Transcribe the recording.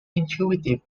intuitive